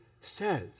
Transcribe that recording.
says